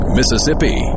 Mississippi